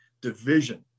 division